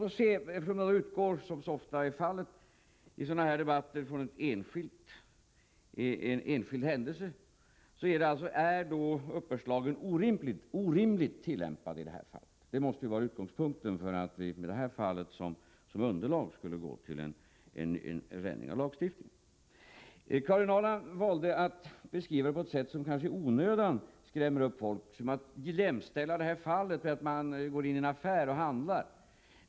Här utgår man, som så ofta är fallet i sådana här debatter, från en enskild händelse. Är då uppbördslagen orimligt tillämpad i detta fall? Det måste ju vara utgångspunkten för att vi med detta fall som underlag skulle gå till en förändring av lagstiftningen. Karin Ahrland valde att göra en beskrivning som kanske i onödan skrämmer upp folk, när hon jämställde detta fall med när man går in i en affär och handlar.